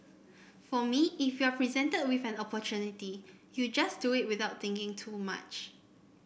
for me if you are presented with an opportunity you just do it without thinking too much